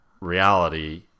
reality